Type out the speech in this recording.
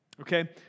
Okay